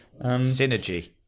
Synergy